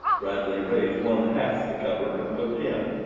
bradley raised one half the cover and looked in.